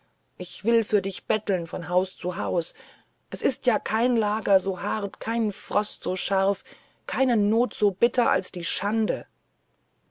ich will für dich betteln von haus zu haus es ist ja kein lager so hart kein frost so scharf keine not so bitter als die schande